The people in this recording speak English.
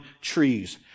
trees